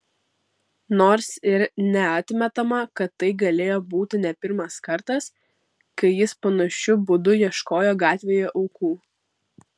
nors ir neatmetama kad tai galėjo būti ne pirmas kartas kai jis panašiu būdu ieškojo gatvėje aukų